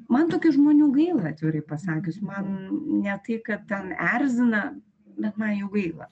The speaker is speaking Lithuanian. man tokių žmonių gaila atvirai pasakius man ne tai kad ten erzina bet man jų gaila